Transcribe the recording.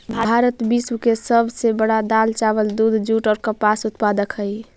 भारत विश्व के सब से बड़ा दाल, चावल, दूध, जुट और कपास उत्पादक हई